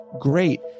great